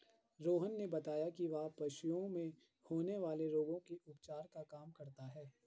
रोहन ने बताया कि वह पशुओं में होने वाले रोगों के उपचार का काम करता है